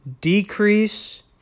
decrease